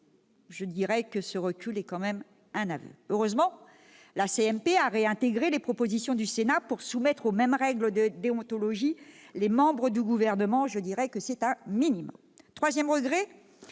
rapport ... Ce recul est un aveu ! Heureusement, la CMP a réintégré les propositions du Sénat pour soumettre aux mêmes règles de déontologie les membres du Gouvernement. C'est un minimum. Troisième regret,